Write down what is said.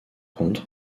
contre